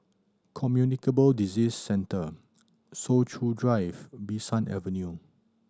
Communicable Disease Centre Soo Chow Drive Bee San Avenue